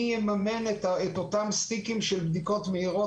צריך לחשוב מי יממן את אותם סטיקים של בדיקות מהירות?